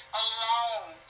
alone